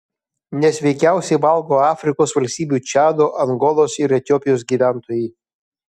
nesveikiausiai valgo afrikos valstybių čado angolos ir etiopijos gyventojai